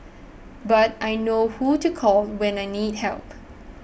but I know who to call when I need help